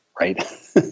right